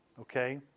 Okay